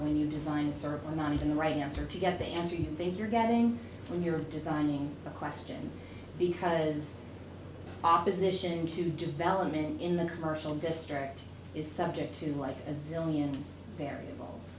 when you design a circle not even the right answer to get the answer you think you're getting when you're designing the question because opposition to development in the commercial district is subject to what a million variables